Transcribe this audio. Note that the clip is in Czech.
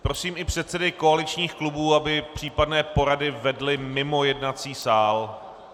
Prosím i předsedy koaličních klubů, aby případné porady vedli mimo jednací sál.